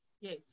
Yes